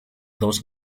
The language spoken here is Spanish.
dos